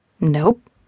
Nope